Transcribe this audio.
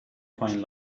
find